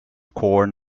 corn